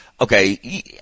okay